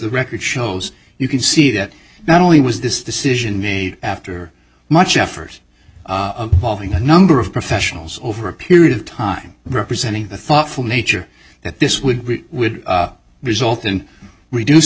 record shows you can see that not only was this decision made after much effort following a number of professionals over a period of time representing the thoughtful nature that this would be would result in reduced